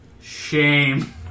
shame